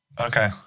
Okay